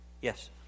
Yes